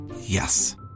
Yes